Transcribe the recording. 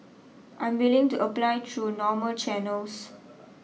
I'm willing to apply true normal channels